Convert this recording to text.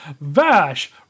Vash